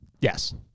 Yes